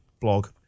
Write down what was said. blog